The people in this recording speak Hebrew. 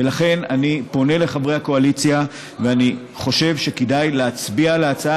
ולכן אני פונה לחברי הקואליציה ואני חושב שכדאי להצביע על ההצעה.